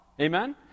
Amen